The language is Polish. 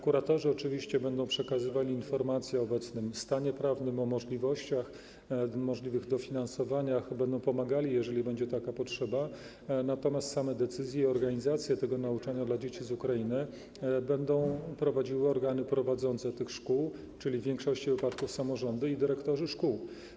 Kuratorzy oczywiście będą przekazywali informacje o obecnym stanie prawnym, o możliwościach dofinansowania, będą pomagali, jeżeli będzie taka potrzeba, natomiast decyzje będą podejmowały i organizację tego nauczania dla dzieci z Ukrainy będą zapewniały organy prowadzące tych szkół, czyli w większości wypadków samorządy i dyrektorzy szkół.